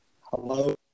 Hello